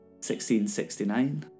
1669